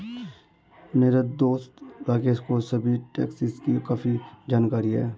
मेरे दोस्त राकेश को सभी टैक्सेस की काफी जानकारी है